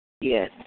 Yes